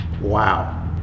Wow